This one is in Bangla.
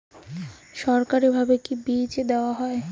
সরকারিভাবে কি বীজ দেওয়া হয়?